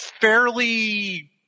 Fairly